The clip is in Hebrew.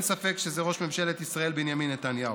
ואין ספק שזה ראש ממשלת ישראל בנימין נתניהו.